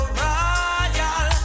royal